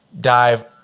dive